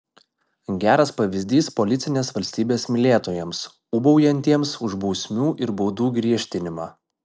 geras pavyzdys policinės valstybės mylėtojams ūbaujantiems už bausmių ir baudų griežtinimą